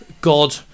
God